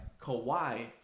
Kawhi